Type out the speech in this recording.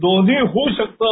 दोन्ही होऊ शकतं